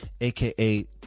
aka